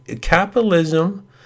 Capitalism